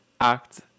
act